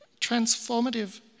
transformative